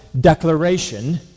declaration